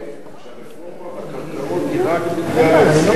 אתה אומר לנו שהרפורמה היא רק בגלל ההסכם